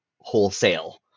wholesale